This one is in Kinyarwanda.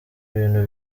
ibintu